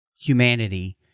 humanity